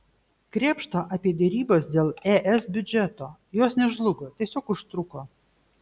krėpšta apie derybas dėl es biudžeto jos nežlugo tiesiog užtruko